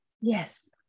Yes